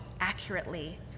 accurately